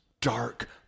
dark